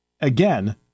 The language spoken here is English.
Again